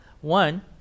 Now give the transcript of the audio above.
One